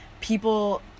people